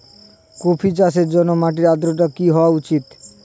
Coffee চাষের জন্য মাটির আর্দ্রতা কি হওয়া উচিৎ?